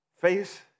face